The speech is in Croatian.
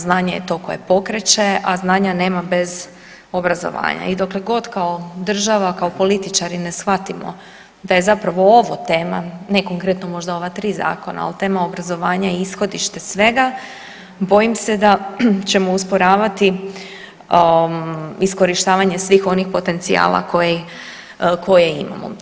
Znanje je to koje pokreće, a znanja nema bez obrazovanja i dokle god kao država, kao političari ne shvatimo da je zapravo ovo tema, ne konkretno možda ova tri zakona, ali tema obrazovanja je ishodište svega, bojim se da ćemo usporavati iskorištavanje svih onih potencijala koje imamo.